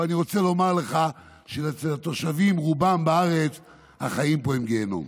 אבל אני רוצה לומר לך שאצל רוב התושבים בארץ החיים פה הם גיהינום.